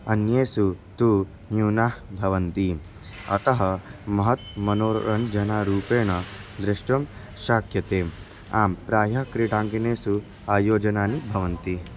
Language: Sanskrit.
अन्येषु तु न्यूनाः भवन्ति अतः महत् मनोरञ्जनरूपेण द्रष्टुं शक्यते आं प्रायः क्रीडाङ्गणेषु आयोजनानि भवन्ति